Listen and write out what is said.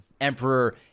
Emperor